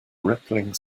rippling